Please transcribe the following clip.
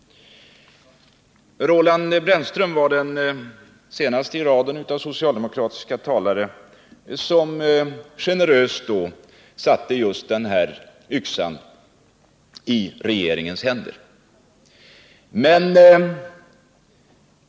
Roland Brännström var den senaste i raden av socialdemokratiska talare som generöst satte den här yxan i regeringens händer.